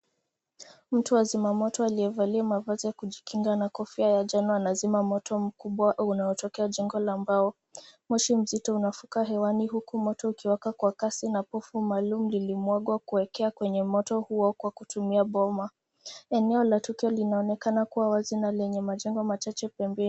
Mtu wa zimamoto aliyevali mavazi ya kujikinga na kofia ya njano anazima moto mkubwa unaotokea jengo la mbao. Moshi mzito unafuka hewani huku moto ukiwaka kwa kasi na povu maalum lilimwagwa kuelekea kwenye moto huo kwa kutumia bomba. Eneo la tukio linaonekana kuwa wazi na lenye majengo machache pembeni.